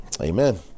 Amen